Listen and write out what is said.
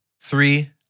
Three